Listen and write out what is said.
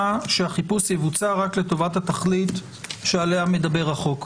שהחיפוש יבוצע רק לטובת התכלית שעליה מדבר החוק.